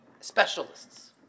specialists